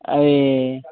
అవి